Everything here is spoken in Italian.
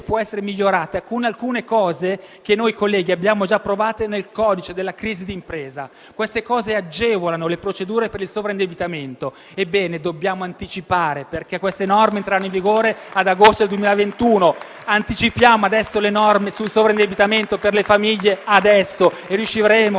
può essere migliorata con alcune cose che abbiamo già approvato nel codice della crisi d'impresa, che agevolano le procedure per il sovraindebitamento. Dobbiamo anticiparle, perché entreranno in vigore ad agosto del 2021: anticipiamo adesso le norme sul sovraindebitamento per le famiglie e riusciremo